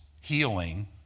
healing